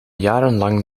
jarenlang